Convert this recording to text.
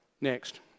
Next